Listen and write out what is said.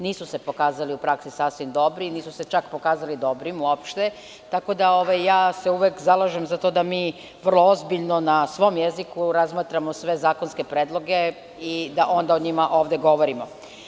Nisu se pokazali u praksi sasvim dobri, nisu se čak pokazali dobrim uopšte, tako da uvek se zalažem za to da mi vrlo ozbiljno na svom jeziku razmatramo sve zakonske predloge i da onda o njima ovde govorimo.